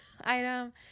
item